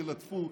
ילטפו,